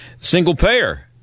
single-payer